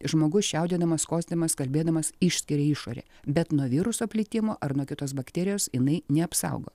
žmogus čiaudėdamas kosėdamas kalbėdamas išskiria į išorę bet nuo viruso plitimo ar nuo kitos bakterijos jinai neapsaugo